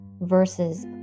versus